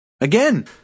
Again